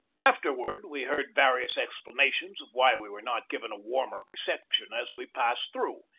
afterward we heard various explanations of why we were not given a warmer reception as we passed through.